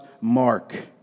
mark